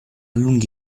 lunghi